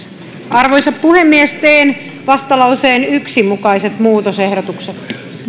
arvoisa puhemies teen vastalauseen yksi mukaiset muutosehdotukset